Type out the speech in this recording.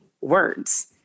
words